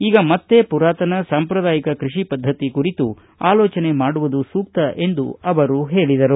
ಈಗ ಮತ್ತೇ ಪುರಾತನ ಸಾಂಪ್ರಾದಾಯಿಕ ಕೈಷಿ ಪದ್ದತಿ ಕುರಿತು ಆಲೋಚನೆ ಮಾಡುವುದು ಸೂಕ್ತ ಎಂದು ಅವರು ಹೇಳಿದರು